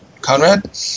Conrad